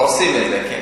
הורסים את זה, כן.